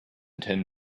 tim